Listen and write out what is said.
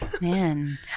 Man